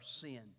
sin